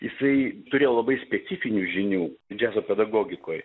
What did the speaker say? jisai turėjo labai specifinių žinių džiazo pedagogikoj